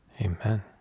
Amen